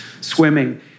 swimming